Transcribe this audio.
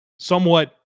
Somewhat